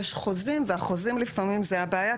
יש חוזים והחוזים לפעמים זה הבעיה,